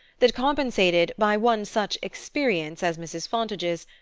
that compensated, by one such experience as mrs. fontage's,